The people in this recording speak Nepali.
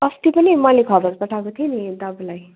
अस्ति पनि मैले खबर पठाएको थिएँ नि दाजुलाई